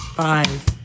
Five